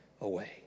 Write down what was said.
away